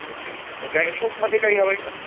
okay okay आणि सूपमध्ये काही हवं आहे का